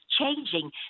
changing